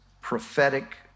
prophetic